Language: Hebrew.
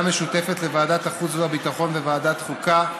משותפת לוועדת החוץ והביטחון וועדת החוקה,